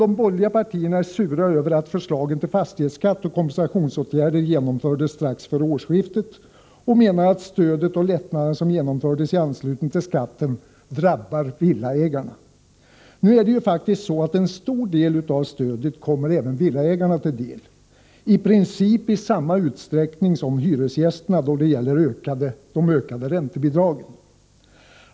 De borgerliga partierna är sura över att förslagen till fastighetsskatt och kompensationsåtgärder genomfördes strax före årsskiftet och menar att stödet och lättnaderna som genomfördes i anslutning till skatten drabbar villaägarna. En stor del av stödet kommer ju faktiskt även villaägarna till del, i princip i samma utsträckning som hyresgästerna då det gäller de ökade räntebidragen.